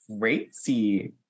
crazy